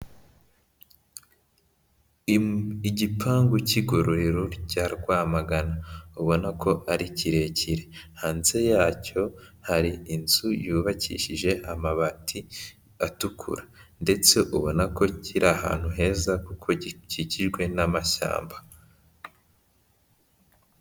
Igipangu cy'igororero cya Rwamagana ubona ko ari kirekire, hanze yacyo hari inzu yubakishije amabati atukura ndetse ubona ko kiri ahantu heza, kuko gikigijwe n'amashyamba.